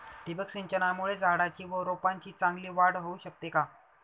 ठिबक सिंचनामुळे झाडाची व रोपांची चांगली वाढ होऊ शकते का?